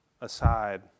aside